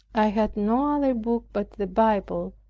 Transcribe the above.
i had no other book but the bible,